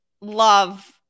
love